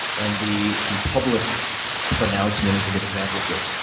and the the public pronouncement is a good example of this,